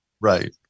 Right